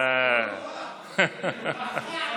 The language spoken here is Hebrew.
חמש דקות,